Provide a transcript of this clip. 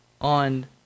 on